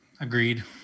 Agreed